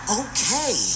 okay